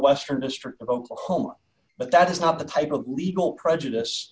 western district of oklahoma but that is not the type of legal prejudice